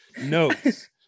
Notes